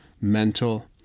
mental